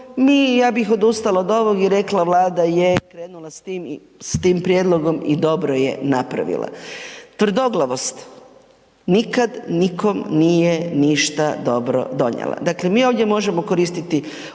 ja bih odustala od ovog i rekla Vlada je krenula s tim prijedlogom i dobro je napravila. Tvrdoglavost nikad nikom nije ništa dobro donjela. Dakle, mi ovdje možemo koristiti